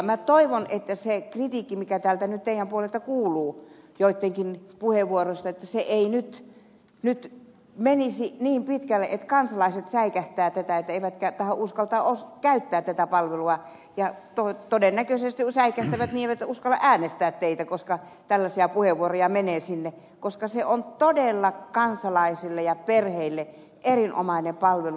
minä toivon että se kritiikki mikä täällä nyt teidän puoleltanne kuuluu joittenkin puheenvuoroista ei nyt menisi niin pitkälle että kansalaiset säikähtävät tätä eivätkä tahdo uskaltaa käyttää tätä palvelua ja todennäköisesti kun säikähtävät eivät uskalla äänestää teitä koska tällaisia puheenvuoroja menee sinne koska se on todella kansalaisille ja perheille erinomainen palvelu